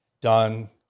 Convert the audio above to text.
done